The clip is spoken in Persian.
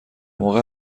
موقع